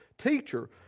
teacher